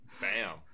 Bam